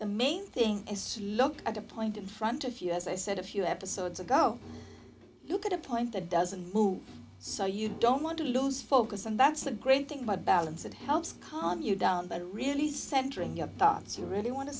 the main thing is to look at a point in front of you as i said a few episodes ago look at a point that doesn't move so you don't want to lose focus and that's a great thing by balance it helps calm you down but really centering your thoughts you really want to